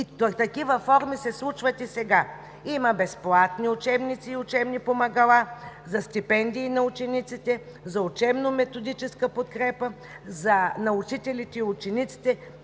такива форми се случват и сега. Има безплатни учебници и учебни помагала, за стипендии на учениците, за учебно-методическа подкрепа на учителите и учениците,